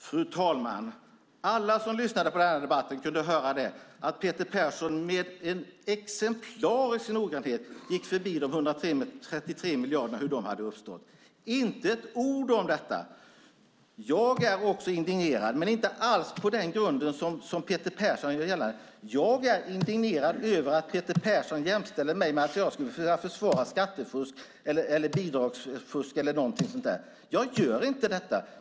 Fru talman! Alla som lyssnade på den här debatten kunde höra att Peter Persson med en exemplarisk noggrannhet gick förbi de 133 miljarderna, hur de hade uppstått. Det var inte ett ord om detta. Jag är också indignerad men inte alls på den grund som Peter Persson gör gällande. Jag är indignerad över att Peter Persson får det till att jag skulle försvara skattefusk eller bidragsfusk eller någonting sådant. Jag gör inte det.